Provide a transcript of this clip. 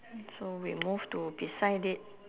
so we move to beside it